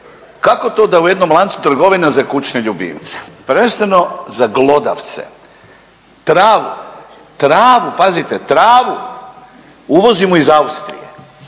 kako to da u jednom lancu trgovine za kućne ljubimce, prvenstveno za glodavce, travu, travu, pazite travu uvozimo iz Austrije,